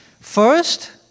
First